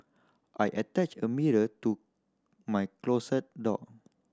I attached a mirror to my closet door